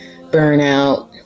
burnout